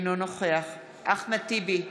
אינו נוכח אחמד טיבי,